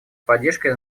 поддержкой